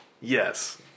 Yes